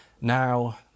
Now